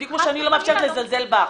בדיוק כמו שאני לא מאפשרת לזלזל בך.